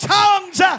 tongues